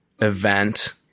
event